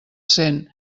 cent